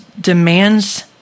demands